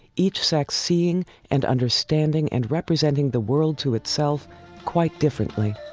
each sex seeing and understanding and representing the world to itself quite differently.